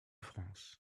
france